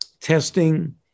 testing